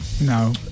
No